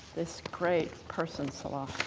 this great person, salah.